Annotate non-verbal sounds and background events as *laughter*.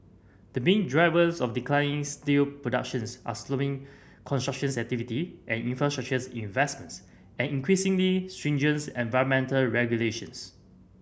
the main drivers of declining steel productions are slowing construction activity and infrastructure investments and increasingly stringent *unintelligible* environmental regulations